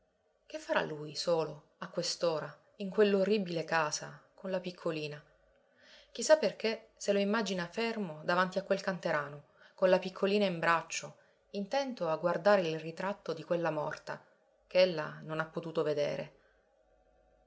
che farà lui solo a quest'ora in quell'orribile casa con la piccolina chi sa perché se lo immagina fermo davanti a quel canterano con la piccolina in braccio intento a guardare il ritratto di quella morta ch'ella non ha potuto vedere